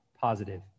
positive